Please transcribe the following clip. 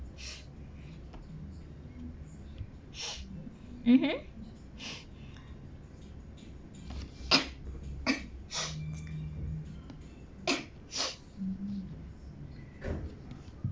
mmhmm